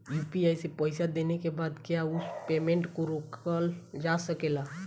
UPI से पईसा देने के बाद क्या उस पेमेंट को रोकल जा सकेला?